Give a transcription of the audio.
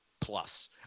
plus